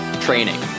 Training